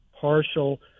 partial –